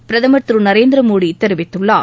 பிரதமர் திரு நரேந்திர மோடி தெரிவித்துள்ளார்